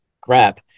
crap